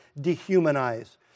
dehumanize